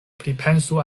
pripensu